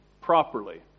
properly